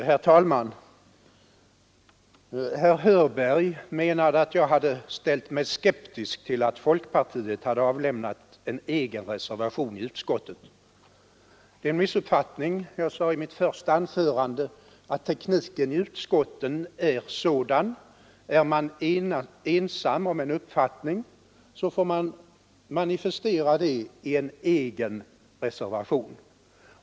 Herr talman! Herr Hörberg menade att jag hade ställt mig skeptisk till att folkpartiet hade avlämnat en egen reservation i utskottet. Det är en missuppfattning. Jag sade i mitt första anförande att tekniken i utskotten är sådan, att om man är ensam om en uppfattning får man manifestera det i en egen reservation.